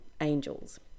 angels